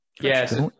yes